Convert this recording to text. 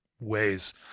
ways